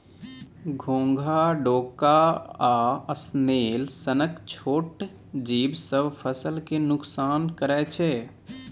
घोघा, डोका आ स्नेल सनक छोट जीब सब फसल केँ नोकसान करय छै